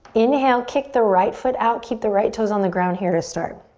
inhale, kick the right foot out. keep the right toes on the ground here to start.